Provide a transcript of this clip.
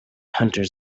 hunters